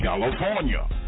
California